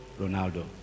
Ronaldo